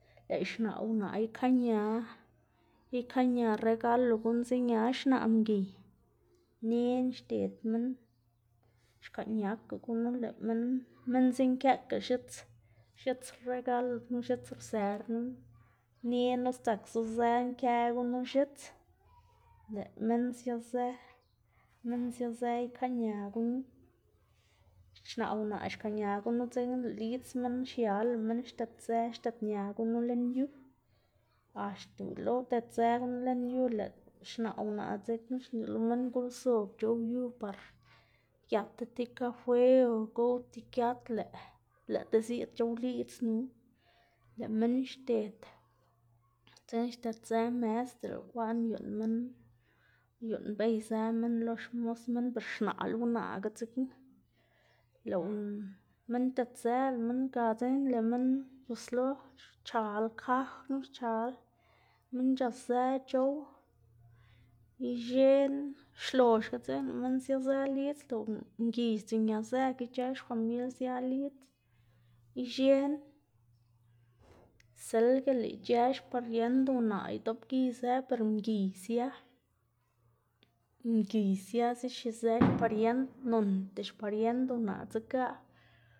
Lëꞌ xnaꞌ unaꞌ ikaꞌña ikaꞌña regalo guꞌn ziña xnaꞌ mgiy nen xded minn xkaꞌñaka gunu lëꞌ minn minn zikëꞌka x̱its x̱its regalo knu x̱uts rser knu nenla sdzak zuzë kë gunu x̱its, lëꞌ minn siazë minn siazë ikaꞌña gunu, xnaꞌ unaꞌ xkaꞌña gunu dzekna lëꞌ lidz minn xial lëꞌ minn xdedzë xdedña gunu lën yu, axta uyelo udedzë gunu lën yu lëꞌ xnaꞌ unaꞌ dzekna xneꞌ lo minn gol zob c̲h̲ow yu par giatá ti kafe o gowdá ti giat lëꞌ lëꞌtá ziꞌd c̲h̲oꞌw liꞌdznu, lëꞌ minn xded dzekna xdedzë mes dele bekwaꞌn uyuꞌnn minn uyuꞌnnbéyzë minn lo xmos minn ber xnaꞌla unaꞌga dzekna, lëꞌ minn xdedzë, ga dzekna lëꞌ minn c̲h̲oslo xchal kaj knu xchal minn c̲h̲azë c̲h̲ow ix̱ena xloxga dzekna lëꞌ minn siazë lidz lëꞌ unaꞌ mgiy sdzinñazëkga ic̲h̲ë xfamil sia lidz ix̱ena silga lëꞌ ic̲h̲ë xpariend unaꞌ idopgiyzë per mgiy sia, mgiy sia xiexizë xpariend noꞌnda xpariend naꞌ dzeꞌga.